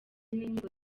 n’inkiko